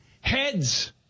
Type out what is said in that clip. Heads